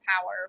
power